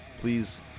Please